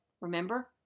remember